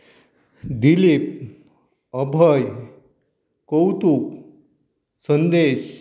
Dilip Abhay Kautuk Sandesh